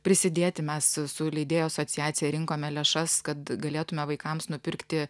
prisidėti mes su leidėjų asociacija rinkome lėšas kad galėtume vaikams nupirkti